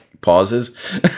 pauses